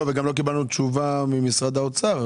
לא, וגם לא קיבלנו תשובה ממשרד האוצר.